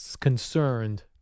concerned